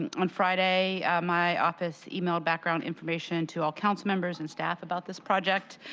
and on friday, my office emailed background information to all councilmembers and staff about this project.